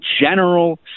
general